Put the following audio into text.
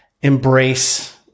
embrace